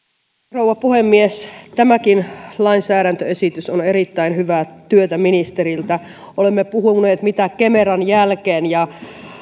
rouva puhemies tämäkin lainsäädäntöesitys on erittäin hyvää työtä ministeriltä olemme puhuneet mitä kemeran jälkeen ja